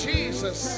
Jesus